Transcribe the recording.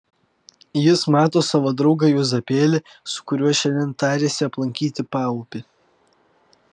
jis mato savo draugą juozapėlį su kuriuo šiandien tarėsi aplankyti paupį